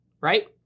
right